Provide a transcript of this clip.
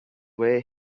where